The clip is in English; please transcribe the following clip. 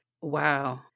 Wow